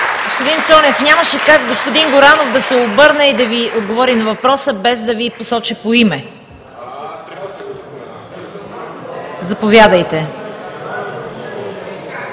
Господин Цонев, нямаше как господин Горанов да се обърне и да Ви отговори на въпроса, без да Ви посочи по име. (Реплики.)